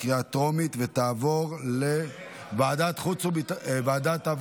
לוועדה שתקבע